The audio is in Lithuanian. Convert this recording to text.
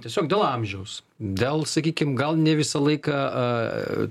tiesiog dėl amžiaus dėl sakykim gal ne visą laiką a